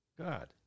God